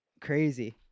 Crazy